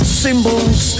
symbols